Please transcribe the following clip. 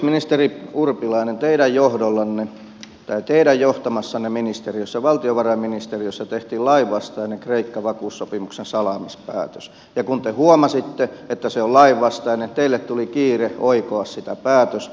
ministeri urpilainen teidän johtamassanne ministeriössä valtiovarainministeriössä tehtiin lainvastainen kreikka vakuussopimuksen salaamispäätös ja kun te huomasitte että se on lainvastainen teille tuli kiire oikoa sitä päätöstä